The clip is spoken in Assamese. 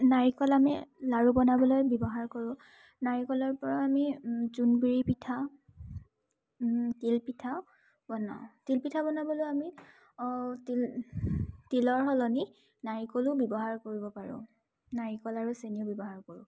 নাৰিকল আমি লাৰু বনাবলৈ ব্যৱহাৰ কৰোঁ নাৰিকলৰ পৰা আমি জোনবিৰি পিঠা তিলপিঠা বনাওঁ তিলপিঠা বনাবলৈ আমি তিল তিলৰ সলনি নাৰিকলো ব্যৱহাৰ কৰিব পাৰোঁ নাৰিকল আৰু চেনিও ব্যৱহাৰ কৰোঁ